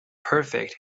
perfect